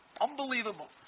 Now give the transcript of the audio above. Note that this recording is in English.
Unbelievable